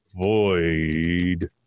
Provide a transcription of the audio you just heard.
void